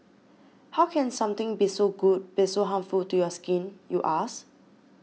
how can something be so good be so harmful to your skin you ask